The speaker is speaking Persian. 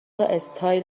استایل